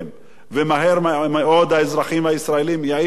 ומהר מאוד האזרחים הישראלים יעיפו אתכם.